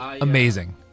amazing